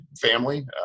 family